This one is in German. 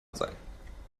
sein